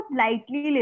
lightly